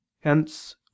Hence